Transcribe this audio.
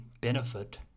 benefit